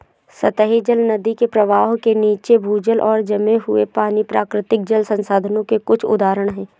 सतही जल, नदी के प्रवाह के नीचे, भूजल और जमे हुए पानी, प्राकृतिक जल संसाधनों के कुछ उदाहरण हैं